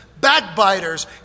backbiters